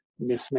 mismatch